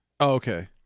okay